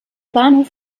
bahnhof